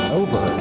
over